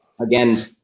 again